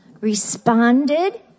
Responded